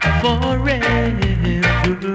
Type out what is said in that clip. forever